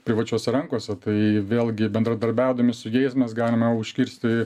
privačiose rankose tai vėlgi bendradarbiaudami su jais mes galime užkirsti